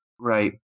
right